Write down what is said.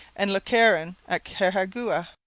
and le caron at carhagouha.